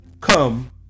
come